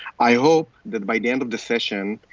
i hope that by the end of the session,